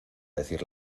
decir